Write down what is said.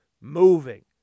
moving